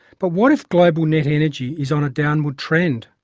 but what if global net-energy is on a downward trend?